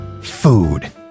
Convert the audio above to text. food